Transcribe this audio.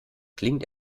klingt